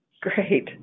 Great